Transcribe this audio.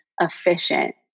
efficient